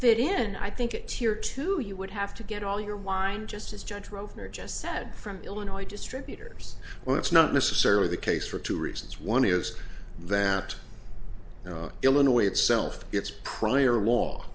fit in i think it tear to you would have to get all your wine just as judge rovner just said from illinois distributors well that's not necessarily the case for two reasons one is that illinois itself its prior